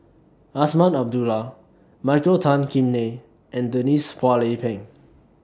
Azman Abdullah Michael Tan Kim Nei and Denise Phua Lay Peng